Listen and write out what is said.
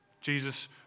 Jesus